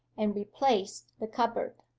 and replaced the cupboard.